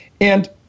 And-